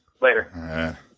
later